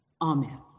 Amen